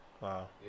Wow